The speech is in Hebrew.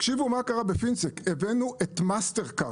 תראו מה קרה בפינסק הבאנו את מאסטרקארד.